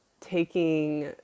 taking